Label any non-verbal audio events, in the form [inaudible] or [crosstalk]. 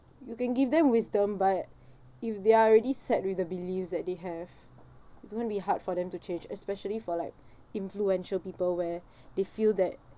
you can give them wisdom but if they're already set with the beliefs that they have it's going to be hard for them to change especially for like [breath] influential people where [breath] they feel that